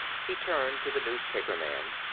he turned to the newspaperman.